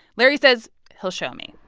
larry says he'll show me.